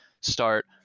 start